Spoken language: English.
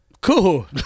Cool